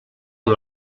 amb